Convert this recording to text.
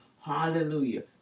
hallelujah